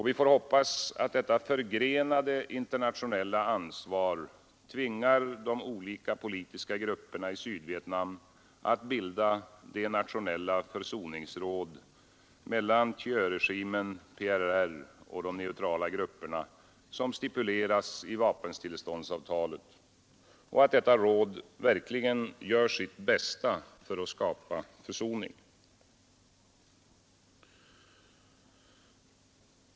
Vi får hoppas att detta förgrenade internationella ansvar tvingar de olika politiska grupperna i Sydvietnam att bilda det nationella försoningsråd mellan Thieuregimen, PRR och de neutrala grupperna som stipuleras i vapenstilleståndsavtalet och att detta råd verkligen gör sitt bästa för att skapa försoning.